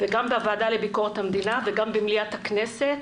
גם בוועדה לביקורת המדינה וגם במליאת הכנסת